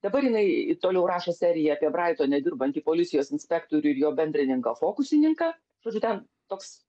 dabar jinai toliau rašo seriją apie braitone dirbantį policijos inspektorių ir jo bendrininką fokusininką žodžiu ten toks